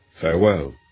Farewell